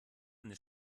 eine